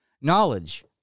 Knowledge